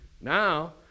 Now